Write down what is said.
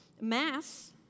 Mass